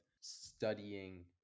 studying